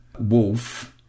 Wolf